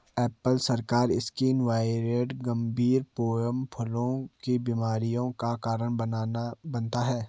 Apple scar skin viroid गंभीर pome फलों की बीमारियों का कारण बनता है